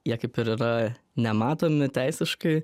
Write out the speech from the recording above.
jie kaip ir yra nematomi teisiškai